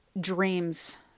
dreams